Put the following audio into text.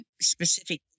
specific